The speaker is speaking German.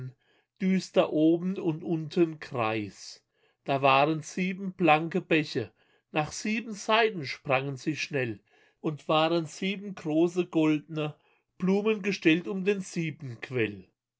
düster oben und unten greis da waren sieben blanke bäche nach sieben seiten sprangen sie schnell und waren sieben große goldne blumen gestellt um den